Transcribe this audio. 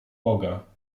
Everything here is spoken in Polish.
boga